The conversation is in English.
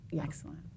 Excellent